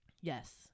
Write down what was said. Yes